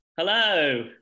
Hello